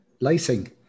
lacing